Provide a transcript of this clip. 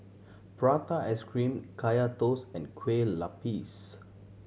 prata ice cream Kaya Toast and Kueh Lopes